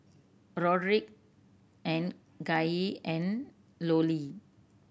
Roderick and Gaye and Lollie